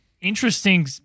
interesting